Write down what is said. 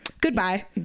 goodbye